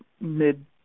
mid